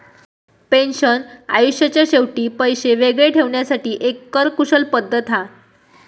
pension आयुष्याच्या शेवटी पैशे वेगळे ठेवण्यासाठी एक कर कुशल पद्धत हा